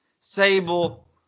Sable